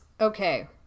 okay